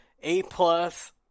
A-plus